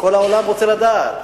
כל העולם רוצה לדעת.